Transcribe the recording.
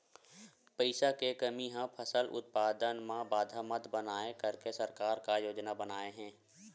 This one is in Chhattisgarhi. पईसा के कमी हा फसल उत्पादन मा बाधा मत बनाए करके सरकार का योजना बनाए हे?